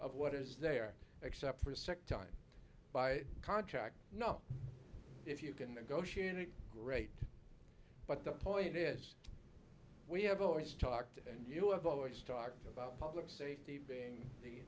of what is there except for a second time by contract no if you can negotiate a great but the point is we have always talked and you have always talked about public safety being the